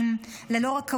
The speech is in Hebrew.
ללא רדיו או עיתונים,